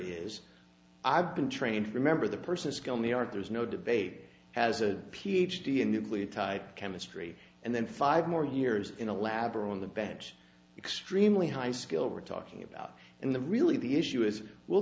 is i've been trained to remember the person's skill in the art there's no debate as a ph d in nuclear type chemistry and then five more years in a lab or on the bench extremely high skill we're talking about in the really the issue is will